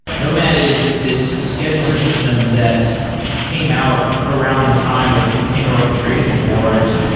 nomad is this scheduling system that came out around the time of the container orches tration wars.